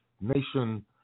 nation